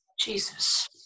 Jesus